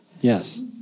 Yes